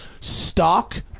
Stock